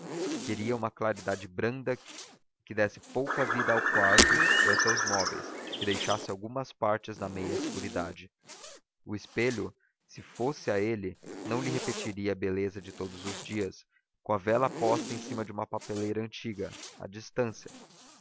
queria uma claridade branda que desse pouca vida ao quarto e aos seus móveis que deixasse algumas partes na meia escuridade o espelho se fosse a ele não lhe repetiria a beleza de todos os dias com a vela posta em cima de uma papeleira antiga a distância